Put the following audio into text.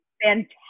fantastic